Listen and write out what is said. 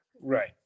Right